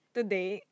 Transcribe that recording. Today